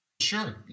Sure